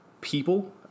people